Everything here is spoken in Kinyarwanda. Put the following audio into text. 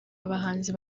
abahanzi